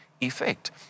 effect